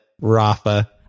rafa